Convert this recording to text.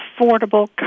affordable